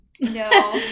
No